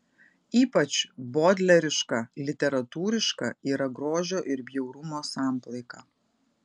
ypač bodleriška literatūriška yra grožio ir bjaurumo samplaika